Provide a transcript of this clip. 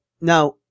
Now